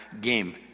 game